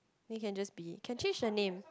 then you can just be can change the name